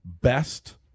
best